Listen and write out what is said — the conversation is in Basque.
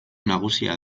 nagusia